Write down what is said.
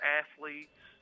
athletes